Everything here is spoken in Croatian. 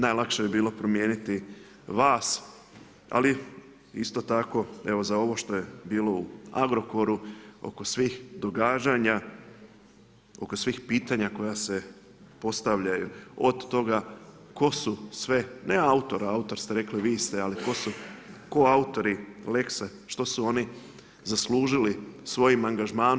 Najlakše bi bilo promijeniti vas, ali isto tako evo za ovo što je bilo u Agrokoru oko svih događanja, oko svih pitanja koja se postavljaju od toga tko su sve ne autor, autor ste reli vi ste, ali tko su koautori lexe, što su oni zaslužili svojim angažmanom.